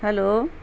hello